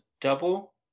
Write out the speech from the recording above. double